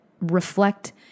reflect